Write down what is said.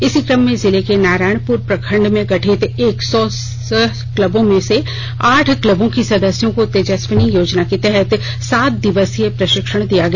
इसी कम में जिले के नारायणपुर प्रखंड में गठित एक सौ सह क्लबों में से साठ क्लबों की सदस्यों को तेजस्विनी योजना के तहत सात दिवसीय प्रषिक्षण दिया गया